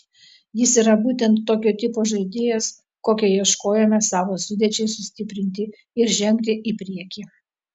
jis yra būtent tokio tipo žaidėjas kokio ieškojome savo sudėčiai sustiprinti ir žengti į priekį